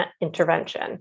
intervention